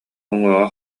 уҥуоҕа